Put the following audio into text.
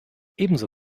ebenso